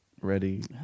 Ready